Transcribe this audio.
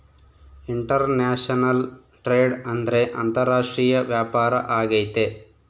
international trade ಅಂದ್ರೆ ಅಂತಾರಾಷ್ಟ್ರೀಯ ವ್ಯಾಪಾರ ಆಗೈತೆ